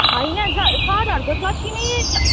होइन स सरहरूको जति नै ज